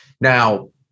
Now